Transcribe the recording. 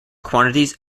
quantities